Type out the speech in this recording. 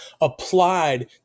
applied